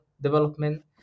development